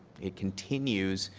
it continues